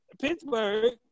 Pittsburgh